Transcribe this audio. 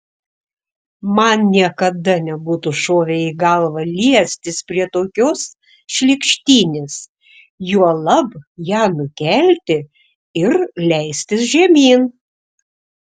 man niekada nebūtų šovę į galvą liestis prie tokios šlykštynės juolab ją nukelti ir leistis žemyn